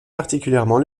particulièrement